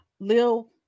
Lil